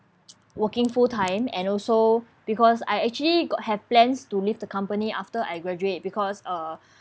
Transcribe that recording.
working full time and also because I actually go~ have plans to leave the company after I graduate because uh